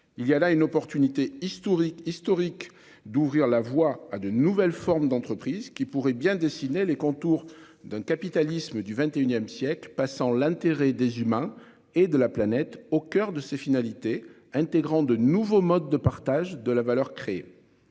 il y a là une opportunité historique historique d'ouvrir la voie à de nouvelles formes d'entreprises qui pourrait bien dessiner les contours d'un capitalisme du XXIe siècle passant l'intérêt des humains et de la planète au coeur de ses finalités intégrant de nouveaux modes de partage de la valeur créée.